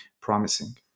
promising